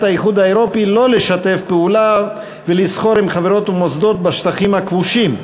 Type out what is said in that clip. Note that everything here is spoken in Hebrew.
האיחוד האירופי שלא לשתף פעולה ולסחור עם חברות ומוסדות בשטחים הכבושים,